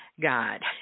God